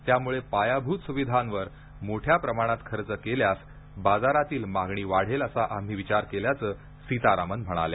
त्यामुळं पायाभूत सुविधांवर मोठ्या प्रमाणात खर्च केल्यास बाजारातील मागणी वाढेल असा आम्ही विचार केल्याचं सीतारामन म्हणाल्या